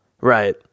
Right